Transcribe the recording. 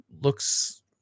looks